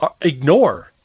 ignore